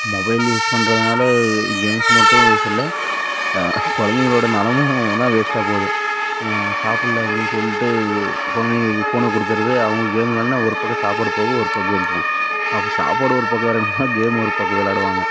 mobile use பண்றதனால games மட்டும் waste இல்லை குலந்தைங்களோட நலமும் தான் வேஸ்ட்டாக போகுது சாப்புடல்ல அப்படின் சொல்லிட்டு குழந்தைங்களுக்கு ஃபோனை கொடுத்தறது அவங்க கேம் விளாண்ட்னா ஒரு பக்கம் சாப்பாடு போகும் ஒரு பக் கேம் போகும் அப்போ சாப்பாடு ஒரு பக்கம் இறங்குனா கேம் ஒரு பக்கம் விளாடுவாங்க